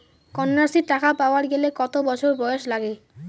কন্যাশ্রী টাকা পাবার গেলে কতো বছর বয়স লাগে?